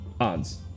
Odds